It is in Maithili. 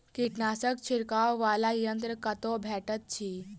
कीटनाशक छिड़कअ वला यन्त्र कतौ भेटैत अछि?